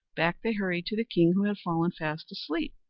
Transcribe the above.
back they hurried to the king who had fallen fast asleep.